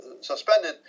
Suspended